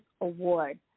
Award